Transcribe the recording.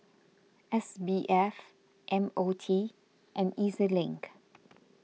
S B F M O T and E Z Link